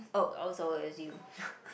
oh oh so it's you